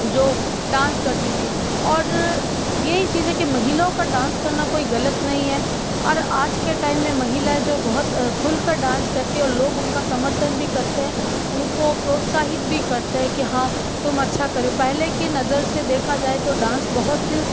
जो डांस करती थी और यही चीज है कि महिलाओं का डांस करना कोई गलत नहीं है और आज के टाइम में महिलाएं जो बहुत खुलकर डांस करती है लोग उनका समर्थन भी करते है उनको प्रोत्साहित भी करते है कि हाँ कि तुम अच्छा कर रही हो पहले कि नजर से देखा जाए तो डांस बहुत